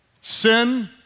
Sin